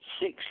six